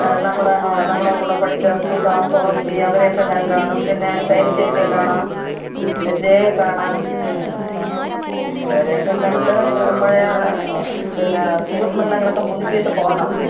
നമ്മുടെ ആ നമ്മുടെ കൂടെ പഠിച്ച സുധ തുളസി അവരെയൊക്കെ ഞാൻ കാണും പിന്നെ ഷൈനി ചേച്ചിയെ കാണാം ജയയെ കാണാം ഇവരെയൊക്കെക്കണ്ടു പഴയ പിന്നെ സുഹൃത്ബന്ധങ്ങളൊക്കെ പുതുക്കിയിട്ടു പോകാം